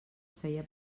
feia